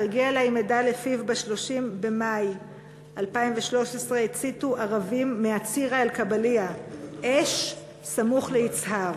שלפיו ב-30 במאי 2013 הציתו ערבים מעסירה-א-קבליה אש סמוך ליצהר.